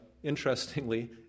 interestingly